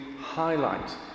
highlight